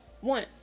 One